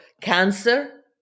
cancer